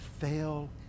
fail